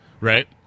Right